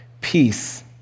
peace